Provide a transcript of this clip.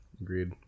agreed